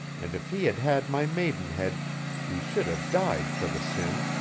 and if he had had my maidenhead he should have died for the sin,